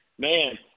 Man